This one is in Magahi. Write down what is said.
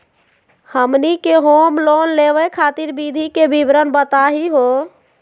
हमनी के होम लोन लेवे खातीर विधि के विवरण बताही हो?